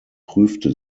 prüfte